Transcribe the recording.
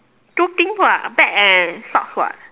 two thing [what] a bag and socks [what]